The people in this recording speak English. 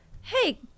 Hey